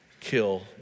kill